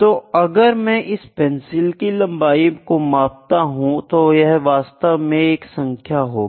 तो अगर मैं इस पेंसिल की लंबाई को मापता हूं तो यह वास्तव में एक संख्या होगी